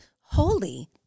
holy